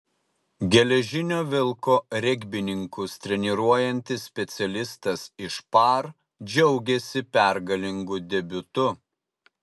geležinio vilko regbininkus treniruojantis specialistas iš par džiaugiasi pergalingu debiutu